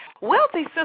Wealthy